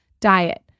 diet